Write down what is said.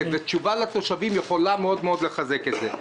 ותשובה לתושבים יכולה מאוד-מאוד לחזק את זה.